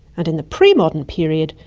and in the pre-modern period,